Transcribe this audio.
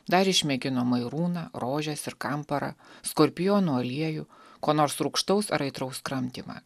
dar išmėgino mairūną rožes ir kamparą skorpiono aliejų ko nors rūgštaus ar aitraus kramtymą